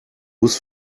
bus